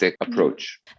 approach